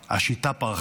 השיטה פרחה